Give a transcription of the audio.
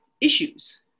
issues